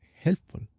helpful